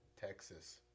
Texas